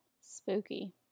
Spooky